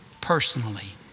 personally